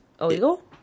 illegal